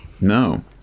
No